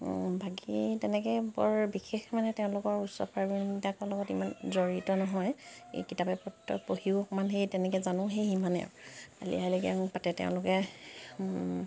বাকী তেনেকে বৰ বিশেষ মানে তেওঁলোকৰ উৎসৱ পাৰ্বন বিলাকৰ লগত ইমান জড়িত নহয় এই কিতাপে পত্ৰই পঢ়িও অকমান সেই তেনেকে জানো সেই সিমানে আৰু আলি আই লিগাং পাতে তেওঁলোকে